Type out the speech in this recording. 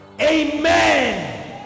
Amen